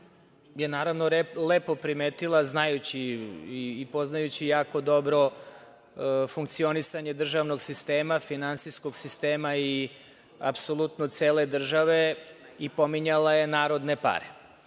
je naravno lepo primetila, znajući i poznajući jako dobro funkcionisanje državnog sistema, finansijskog sistema i apsolutno cele države i pominjala je narodne pare.